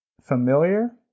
familiar